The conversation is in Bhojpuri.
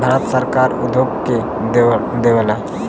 भारत सरकार उद्योग के देवऽला